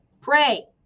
pray